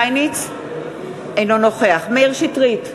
אינו נוכח מאיר שטרית,